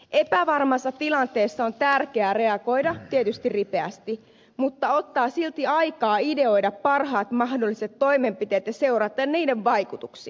epävarmassa tilanteessa on tärkeää reagoida tietysti ripeästi mutta ottaa silti aikaa ideoida parhaat mahdolliset toimenpiteet ja seurata niiden vaikutuksia